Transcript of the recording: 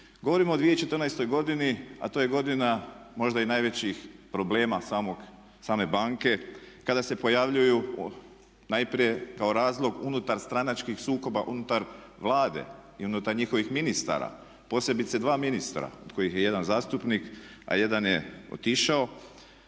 Govorimo o 2014.godini a to je godina možda i najvećih problema same banke kada se pojavljuju najprije kao razlog unutar stranačkih sukoba, unutar Vlade i unutar njihovih ministara posebice dva ministra od kojih je jedan zastupnik a jedan je otišao